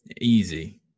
easy